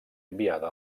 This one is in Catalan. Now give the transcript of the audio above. enviada